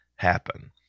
happen